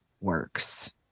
works